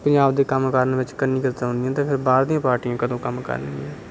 ਪੰਜਾਬ ਦੇ ਕੰਮ ਕਰਨ ਵਿੱਚ ਕੰਨੀ ਕਤਰਾਉਂਦੀਆਂ ਅਤੇ ਫਿਰ ਬਾਹਰ ਦੀਆਂ ਪਾਰਟੀਆਂ ਕਦੋਂ ਕੰਮ ਕਰਨਗੀਆਂ